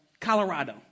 Colorado